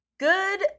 Good